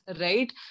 right